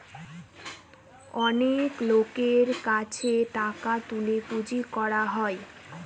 অনেক লোকের কাছে টাকা তুলে পুঁজি করা হয়